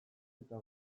eta